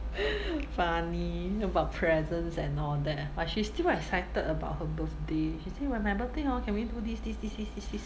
funny about presents and all that but she's still excited about her birthday she say when my birthday hor can we do this this this this this this